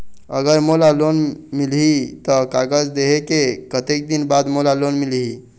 अगर मोला लोन मिलही त कागज देहे के कतेक दिन बाद मोला लोन मिलही?